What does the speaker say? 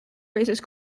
raises